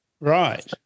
Right